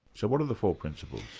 so what are the four principles?